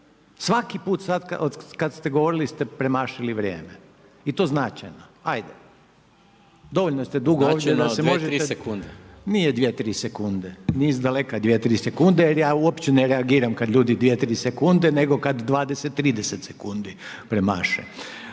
Svaki put od kad ste govorili ste premašili vrijeme i to značajno, ajde. Dovoljno ste dugo ovdje… .../Upadica Maras: Značajno od 2-3 sekunde./... Nije 2-3 sekunde, ni iz daleka 2-3 sekunde, jer ja uopće ne reagiram kad ljudi 2-3 sekunde nego kad 20-30 sekundi premaše.